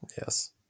yes